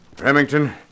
Remington